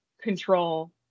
control